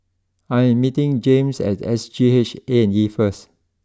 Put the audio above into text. I am meeting James at S G H A and E first